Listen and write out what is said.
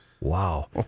Wow